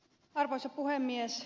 arvoisa puhemies